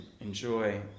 enjoy